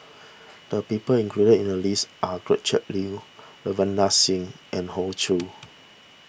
the people included in the list are Gretchen Liu Ravinder Singh and Hoey Choo